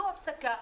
זו הפסקה,